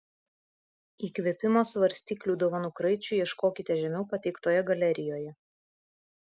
įkvėpimo svarstyklių dovanų kraičiui ieškokite žemiau pateiktoje galerijoje